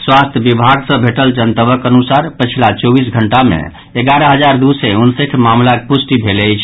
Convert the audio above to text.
स्वास्थ्य विभाग सँ भेटल जनतबक अनुसार पछिला चौबीस घंटा मे एगारह हजार दू सय उनसठि मामिलाक पुष्टि भेल अछि